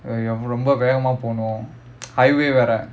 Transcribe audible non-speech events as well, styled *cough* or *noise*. ரொம்ப வேகமா போனோம்:romba vegamaa ponom *noise* highway வேற:vera